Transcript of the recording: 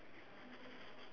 then below below open